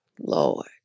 Lord